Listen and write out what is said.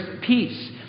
peace